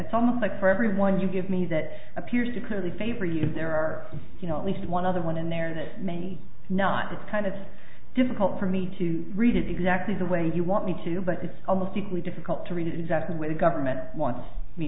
it's almost like for every one you give me that appears to clearly favor you there are you know at least one other one in there that maybe not it's kind of difficult for me to read it exactly the way you want me to but it's almost equally difficult to read exactly what the government wants me